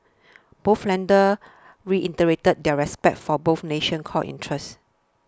both leaders reiterated their respect for both nation's core interests